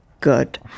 good